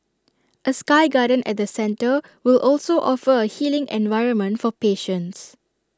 A sky garden at the centre will also offer A healing environment for patients